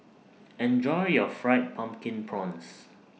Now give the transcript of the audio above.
Enjoy your Fried Pumpkin Prawns